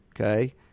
okay